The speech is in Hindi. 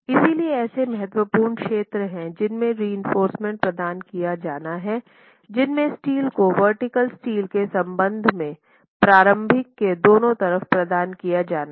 इसलिए ऐसे महत्वपूर्ण क्षेत्र हैं जिनमें रिइंफोर्समेन्ट प्रदान किया जाना है जिनमें स्टील को वर्टीकल स्टील के संबंध में प्रारंभिक के दोनों तरफ प्रदान किया जाना है